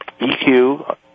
EQ